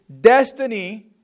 destiny